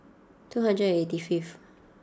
two hundred and eighty fifth